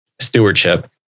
stewardship